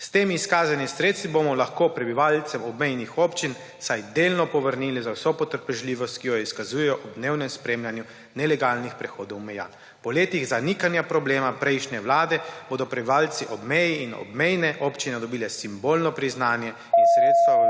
S temi izkazanimi sredstvi bomo lahko prebivalcem obmejnih občin vsaj delno povrnili za vso potrpežljivost, ki jo izkazujejo ob dnevnem spremljanju nelegalnih prehodov meja. Po letih zanikanja problema prejšnje vlade bodo prebivalci ob meji in obmejne občine dobile simbolno priznanje in /